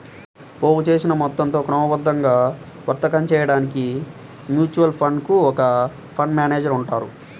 పోగుచేసిన మొత్తంతో క్రమబద్ధంగా వర్తకం చేయడానికి మ్యూచువల్ ఫండ్ కు ఒక ఫండ్ మేనేజర్ ఉంటారు